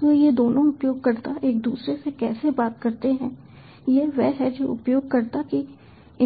तो ये दोनों उपयोगकर्ता एक दूसरे से कैसे बात करते हैं यह वह है जो उपयोगकर्ता की